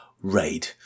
Raid